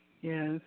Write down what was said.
Yes